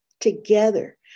together